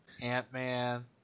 Ant-Man